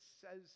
says